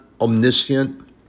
omniscient